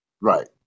Right